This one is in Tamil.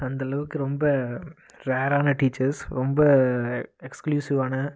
அந்தளவுக்கு ரொம்ப ரேரான டீச்சர்ஸ் ரொம்ப எக்ஸ்க்ளூசிவான